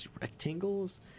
rectangles